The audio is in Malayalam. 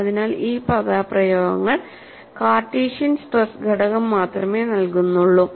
അതിനാൽ ഈ പദപ്രയോഗങ്ങൾ കാർട്ടീഷ്യൻ സ്ട്രെസ് ഘടകം മാത്രമേ നൽകുന്നുള്ളൂ